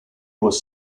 was